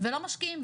ולא משקיעים,